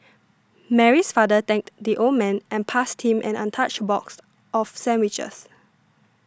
Mary's father thanked the old man and passed him an untouched box of sandwiches